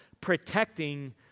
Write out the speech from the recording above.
protecting